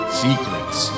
secrets